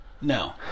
no